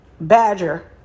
badger